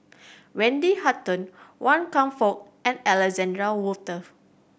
Wendy Hutton Wan Kam Fook and Alexander Wolters